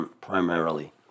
primarily